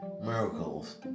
miracles